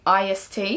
IST